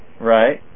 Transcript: Right